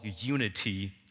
unity